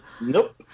Nope